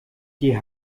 die